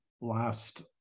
last